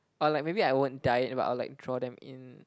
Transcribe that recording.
or like maybe I won't dye it but I will like draw them in